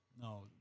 No